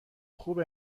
خوب